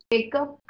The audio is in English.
Makeup